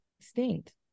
extinct